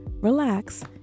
relax